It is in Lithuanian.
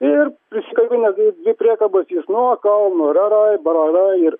ir prisikabinęs dvi priekabas jis nuo kalno rarai bararai ir